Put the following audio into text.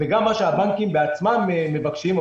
וגם מה שהבנקים בעצמם מבקשים.